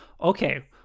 okay